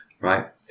Right